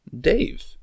Dave